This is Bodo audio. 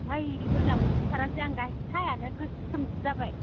है मोजां मोनथारासै आं गाइखेर साहायानो गोसोमसो जाबाय